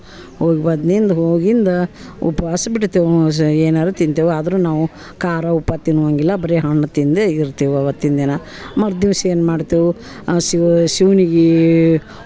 ಹೋಗಿ ಬಂದ್ನಿಂದ್ ಹೋಗಿಂದ ಉಪ್ವಾಸ ಬಿಡ್ತೇವೆ ಸ ಏನಾದ್ರೂ ತಿಂತೇವೆ ಆದರೂ ನಾವು ಖಾರ ಉಪ್ಪು ತಿನ್ನುವಂಗಿಲ್ಲ ಬರೇ ಹಣ್ಣು ತಿಂದೇ ಇರ್ತೇವೆ ಅವತ್ತಿನ ದಿನ ಮರು ದಿವಸ ಏನು ಮಾಡ್ತೇವೆ ಶಿವು ಶಿವನಿಗೆ